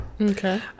Okay